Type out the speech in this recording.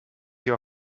your